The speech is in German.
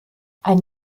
ein